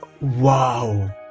Wow